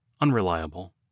unreliable